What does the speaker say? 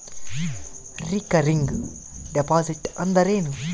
Recurring deposit ಅಂದರೇನು?